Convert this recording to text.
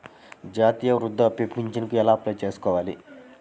జాతీయ వృద్ధాప్య పింఛనుకి ఎలా అప్లై చేయాలి?